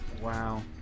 Wow